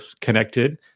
connected